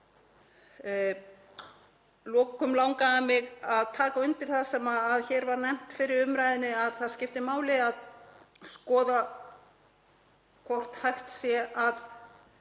lokum langaði mig að taka undir það sem hér var nefnt fyrr í umræðunni, að það skipti máli að skoða hvort hægt sé að